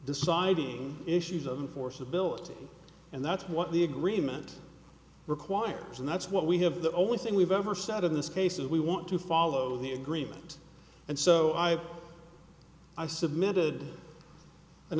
deciding issues of force ability and that's what the agreement requires and that's what we have the only thing we've ever said in this case is we want to follow the agreement and so i have i submitted an